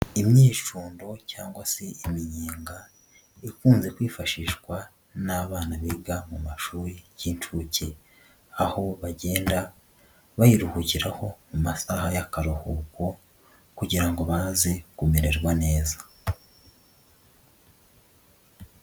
Imyicundo cyangwa se iminyenga ikunze kwifashishwa n'abana biga mu mashuri y'inshuke, aho bagenda bayiruhukiraho mu masaha y'akaruhuko kugira ngo baze kumererwa neza.